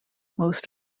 most